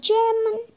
German